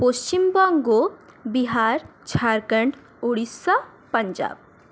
Paschimbanga Bihar Jharkhand Orissa Punjab